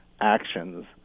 actions –